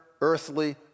earthly